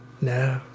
No